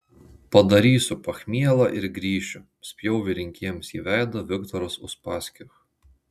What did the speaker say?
padarysiu pachmielą ir grįšiu spjovė rinkėjams į veidą viktoras uspaskich